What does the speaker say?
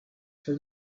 for